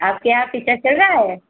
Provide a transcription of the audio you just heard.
आपके यहाँ पिक्चर चल रही है